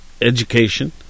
Education